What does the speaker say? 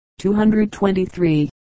223